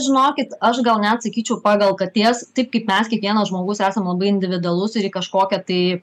žinokit aš gal net sakyčiau pagal katės taip kaip mes kiekvienas žmogus esam labai individualus ir į kažkokią tai